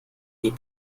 sie